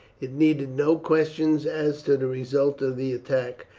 it needed no questions as to the result of the attack,